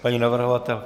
Paní navrhovatelka?